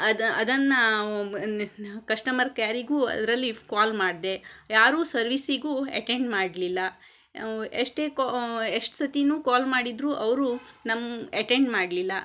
ಅದನ್ನು ಕಸ್ಟಮರ್ ಕೇರಿಗೂ ಅದರಲ್ಲಿ ಕಾಲ್ ಮಾಡಿದೆ ಯಾರು ಸರ್ವಿಸಿಗೂ ಅಟೆಂಡ್ ಮಾಡಲಿಲ್ಲ ಎಷ್ಟೇ ಕಾ ಎಷ್ಟು ಸರ್ತಿನೂ ಕಾಲ್ ಮಾಡಿದರೂ ಅವರು ನಮ್ಮ ಅಟೆಂಡ್ ಮಾಡಲಿಲ್ಲ